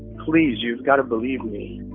please, you've got to believe me. oh,